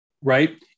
right